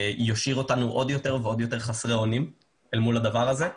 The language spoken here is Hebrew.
ישאיר אותנו עוד יותר ועוד יותר חסרי אונים אל מול הדבר הזה.